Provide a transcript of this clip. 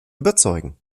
überzeugen